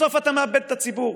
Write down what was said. בסוף אתה מאבד את הציבור.